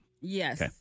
Yes